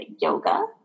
yoga